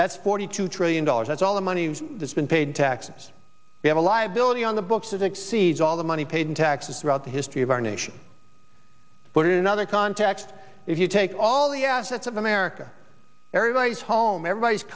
that's forty two trillion dollars that's all the money has been paid taxes we have a liability on the books that exceeds all the money paid in taxes throughout the history of our nation but in another context if you take all the assets of america everybody's home everybody's